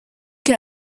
can